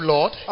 Lord